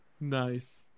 Nice